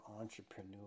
Entrepreneur